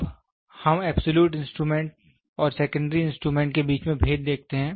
अब हम absolute instrument और सेकेंड्री इंस्ट्रूमेंट के बीच में भेद देखते हैं